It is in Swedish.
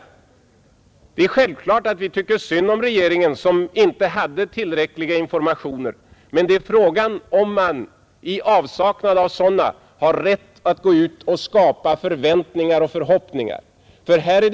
Det är självklart att vi tycker synd om regeringen som inte hade tillräckliga informationer, men det är fråga om huruvida man i avsaknad av sådana har rätt att skapa förväntningar och förhoppningar på det sätt som skedde.